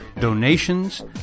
donations